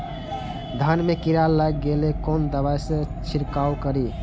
धान में कीरा लाग गेलेय कोन दवाई से छीरकाउ करी?